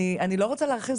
אני לא רוצה להרחיב,